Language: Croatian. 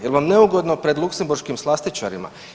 Je li vam neugodno pred luksemburškim slastičarima?